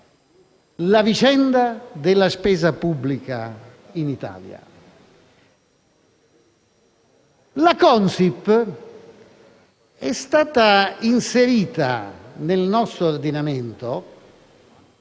La Consip è stata inserita nel nostro ordinamento